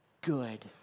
good